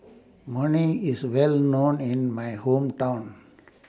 morning IS Well known in My Hometown